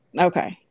okay